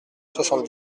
soixante